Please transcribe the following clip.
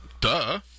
duh